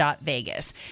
.vegas